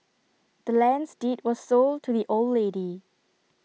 the land's deed was sold to the old lady